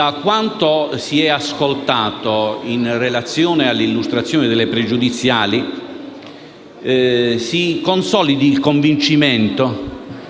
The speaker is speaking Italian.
da quanto si è ascoltato in relazione all'illustrazione delle questioni pregiudiziali si consolidi il convincimento